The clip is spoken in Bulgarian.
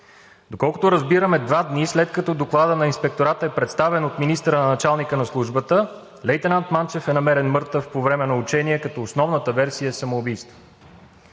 Доколкото разбираме, два дни след като докладът на Инспектората е предоставен от министъра на началника на Службата, лейтенант Манчев е намерен мъртъв по време на учение, като основната версия е самоубийство.